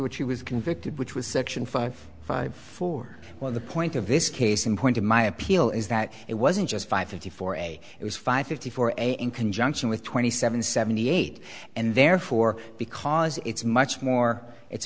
which he was convicted which was section five five four well the point of this case in point of my appeal is that it wasn't just five fifty four a it was five fifty four in conjunction with twenty seven seventy eight and therefore because it's much more it's